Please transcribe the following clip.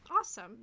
Awesome